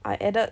I added